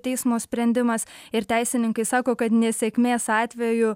teismo sprendimas ir teisininkai sako kad nesėkmės atveju